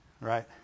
Right